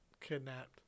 kidnapped